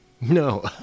No